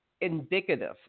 indicative